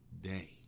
day